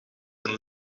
een